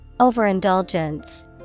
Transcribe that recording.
Overindulgence